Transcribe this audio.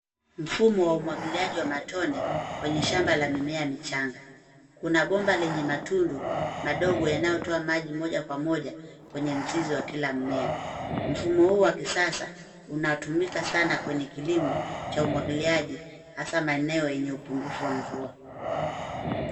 Mfumo wa umwagiliaji wa matone, kwenye shamba la mimea michanga. Kuna bomba lenye matundu madogo, yanayotoa maji moja kwa moja kwenye mzizi wa kila mmea. Mfumo huu wa kisasa, unatumika sana kwenye kilimo cha umwagiliaji hasa maeneo yenye upungufu wa mvua.